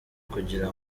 kugira